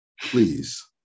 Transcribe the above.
please